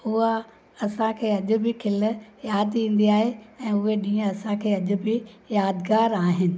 हूअ असांखे अॼु बि खिल याद ईंदी आहे ऐं उहे ॾींहं असांखे अॼ बि यादगारु आहिनि